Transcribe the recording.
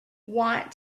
want